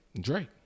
Drake